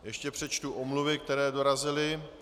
Ještě přečtu omluvy, které dorazily.